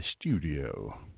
studio